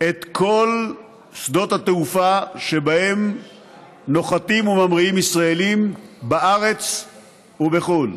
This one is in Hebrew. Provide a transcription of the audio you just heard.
את כל שדות התעופה שבהם נוחתים וממריאים ישראלים בארץ ובחו"ל,